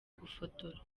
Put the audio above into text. gufotora